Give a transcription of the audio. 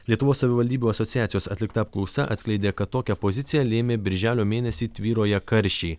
lietuvos savivaldybių asociacijos atlikta apklausa atskleidė kad tokią poziciją lėmė birželio mėnesį tvyroję karščiai